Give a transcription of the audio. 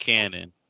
Cannon